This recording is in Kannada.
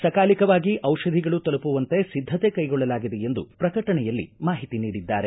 ಸಕಾಲಿಕವಾಗಿ ದಿಷಧಿಗಳು ತಲುಪುವಂತೆ ಸಿದ್ದತೆ ಕೈಗೊಳ್ಳಲಾಗಿದೆ ಎಂದು ಪ್ರಕಟಣೆಯಲ್ಲಿ ಮಾಹಿತಿ ನೀಡಿದ್ದಾರೆ